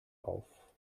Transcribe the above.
auf